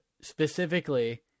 specifically